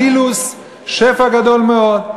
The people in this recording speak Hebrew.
הנילוס, שפע גדול מאוד.